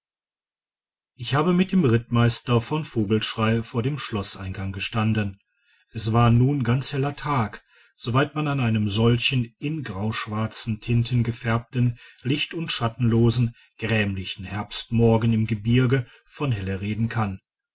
ich habe mit dem rittmeister von vogelschrey vor dem schloßeingang gestanden es war nun ganz heller tag soweit man an einem solchen in grauschwarzen tinten gefärbten licht und schattenlosen grämlichen herbstmorgen im gebirge von helle reden kann